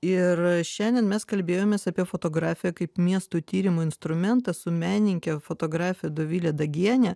ir šiandien mes kalbėjomės apie fotografiją kaip miestų tyrimo instrumentą su menininke fotografe dovile dagiene